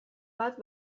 bat